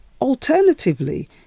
Alternatively